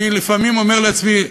לפעמים אני אומר לעצמי,